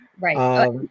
right